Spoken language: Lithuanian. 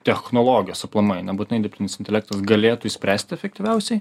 technologijos aplamai nebūtinai dirbtinis intelektas galėtų išspręst efektyviausiai